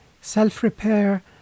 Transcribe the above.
self-repair